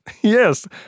Yes